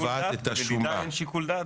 בעת המדידה אדוני גם מתייחס לנושא סיווג הנכס?